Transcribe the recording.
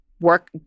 Work